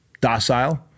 docile